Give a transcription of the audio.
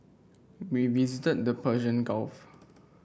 we visited the Persian Gulf